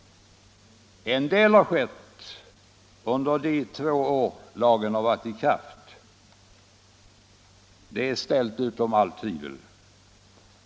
En del har skett under de två år lagen varit i kraft, det är ställt utom allt tvivel.